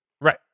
Right